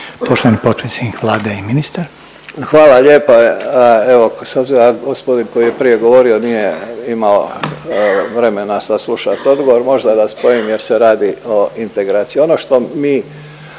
**Božinović, Davor (HDZ)** Hvala lijepa. S obzirom da gospodin koji je prije govorio nije imao vremena saslušati odgovor možda da spojim jer se radi o integraciji. Ono što mi